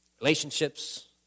Relationships